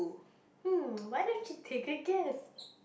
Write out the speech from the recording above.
hm why don't you take a guess